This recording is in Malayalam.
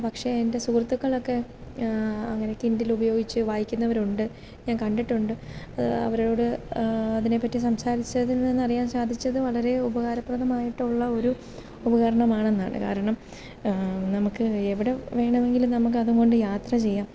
പക്ഷേ എൻ്റെ സുഹൃത്തുക്കളൊക്കെ അങ്ങനെ കിൻഡിൽ ഉപയോഗിച്ചു വായിക്കുന്നവരുണ്ട് ഞാൻ കണ്ടിട്ടുണ്ട് അവരോട് അതിനെ പറ്റി സംസാരിച്ചതിൽ നിന്ന് അറിയാൻ സാധിച്ചത് വളരെ ഉപകാരപ്രദമായിട്ടുള്ള ഒരു ഉപകരണം ആണെന്നാണ് കാരണം നമുക്ക് എവിടെ വേണമെങ്കിലും നമുക്ക് അതും കൊണ്ട് യാത്ര ചെയ്യാം